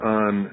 on